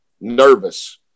nervous